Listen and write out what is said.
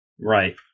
Right